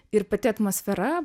ir pati atmosfera